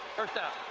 first down.